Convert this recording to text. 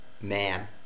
man